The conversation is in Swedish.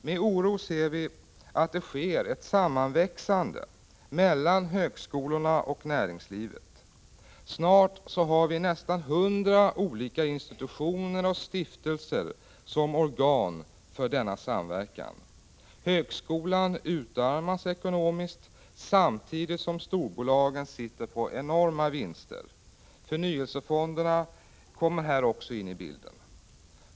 Med oro ser vi att det sker ett sammanväxande mellan högskolorna och näringslivet. Snart har vi nästan 100 olika institutioner och stiftelser som organ för denna samverkan. Högskolan utarmas ekonomiskt samtidigt som storbolagen sitter på enorma vinster. Förnyelsefonderna kommer här också in i bilden.